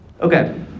Okay